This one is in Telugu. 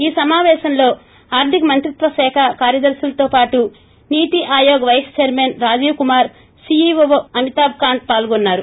ఈ సమావేశంలో ఆర్థిక మంత్రిత్వ శాఖ కార్యదర్పులతో పాటు NITI Aayog vice chairman Rajiv Kumar CEO Amitabh Kant పాల్గొన్నారు